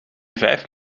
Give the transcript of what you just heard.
vijf